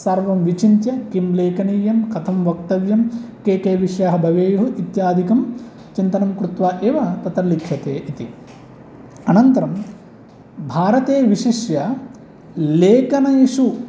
सर्वं विचिन्त्य किं लेखनीयं कथं वक्तव्यं के के विषयाः भवेयुः इत्यादिकं चिन्तनं कृत्वा एव तत्र लिख्यते इति अनन्तरं भारते विशिष्य लेखनेषु